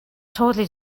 totally